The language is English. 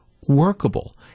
workable